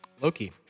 Loki